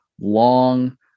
long